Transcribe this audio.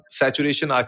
saturation